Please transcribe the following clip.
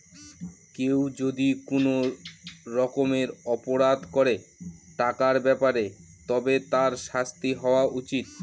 কেউ যদি কোনো রকমের অপরাধ করে টাকার ব্যাপারে তবে তার শাস্তি হওয়া উচিত